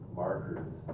markers